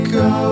go